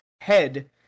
head